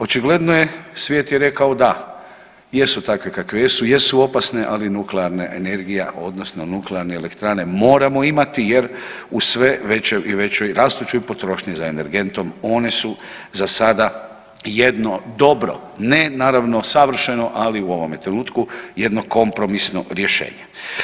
Očigledno je, svijet je rekao da, jesu takve kakve jesu, jesu opasne ali nuklearna energija, odnosno nuklearne elektrane moramo imati jer u sve većoj i većoj rastućoj potrošnji za energentom one su za sada jedno dobro, ne naravno savršeno, ali u ovome trenutku jedno kompromisno rješenje.